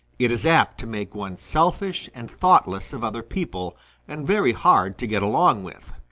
it is apt to make one selfish and thoughtless of other people and very hard to get along with.